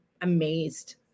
amazed